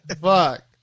Fuck